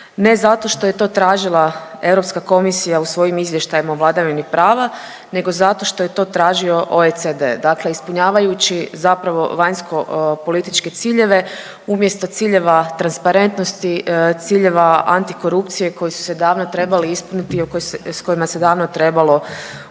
ne zato što je to tražila Europska komisija u svojim izvještajima o vladavini prava, nego zato što je to tražio OECD. Dakle, ispunjavajući zapravo vanjskopolitičke ciljeve umjesto ciljeva transparentnosti, ciljeva antikorupcije koji su se davno trebali ispuniti i s kojima se davno trebalo